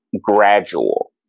gradual